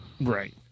Right